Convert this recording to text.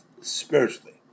spiritually